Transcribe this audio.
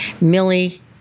Millie